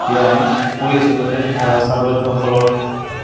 যেতিয়া আমি পঢ়ি আছিলো তেতিয়া ছাৰ বাইদেউসকলৰ